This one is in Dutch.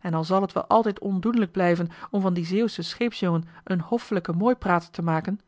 en al zal het wel altijd ondoenlijk blijven om van dien zeeuwschen scheepsjongen een hoffelijken mooiprater te maken